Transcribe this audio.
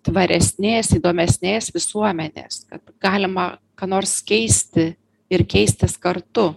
tvaresnės įdomesnės visuomenės kad galima ką nors keisti ir keistis kartu